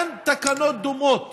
אין תקנות דומות